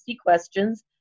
questions